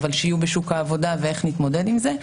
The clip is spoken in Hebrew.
אבל שיהיו בשוק העבודה ואיך נתמודד עם זה.